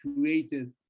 created